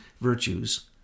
virtues